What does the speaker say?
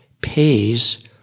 pays